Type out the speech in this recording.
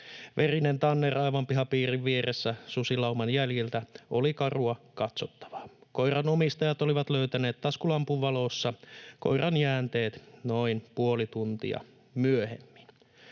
Verinen tanner aivan pihapiirin vieressä susilauman jäljiltä oli karua katsottavaa. Koiran omistajat olivat löytäneet taskulampun valossa koiran jäänteet noin puoli tuntia myöhemmin.